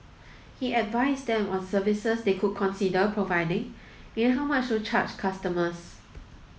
he advised them on services they could consider providing and how much to charge customers